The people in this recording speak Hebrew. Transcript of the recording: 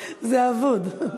זה אבוד.